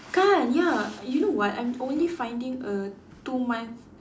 kan ya you know what I'm only finding a two month